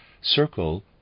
circle